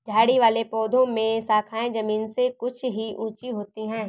झाड़ी वाले पौधों में शाखाएँ जमीन से कुछ ही ऊँची होती है